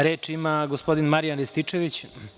Reč ima gospodin Marijan Rističević.